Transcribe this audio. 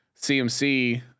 CMC